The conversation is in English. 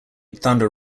thunder